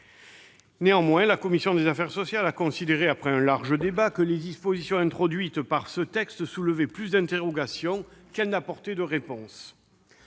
débat, la commission des affaires sociales a considéré que les dispositions introduites par ce texte soulevaient plus d'interrogations qu'elles n'apportaient de réponses.